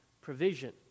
provision